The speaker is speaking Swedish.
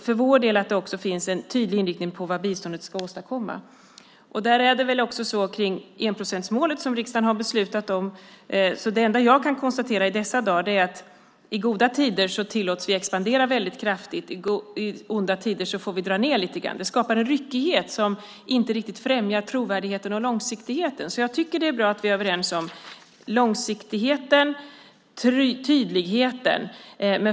För vår del är det också viktigt att det finns en tydlig inriktning på vad biståndet ska åstadkomma, och det är det väl också när det gäller enprocentsmålet som riksdagen har beslutat om. Det jag kan konstatera i dessa dagar är att i goda tider tillåts vi att expandera väldigt kraftigt och att i dåliga tider får vi dra ned lite grann. Det skapar en ryckighet som inte riktigt främjar trovärdigheten och långsiktigheten. Jag tycker därför att det är bra att vi är överens om långsiktigheten och tydligheten.